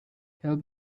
help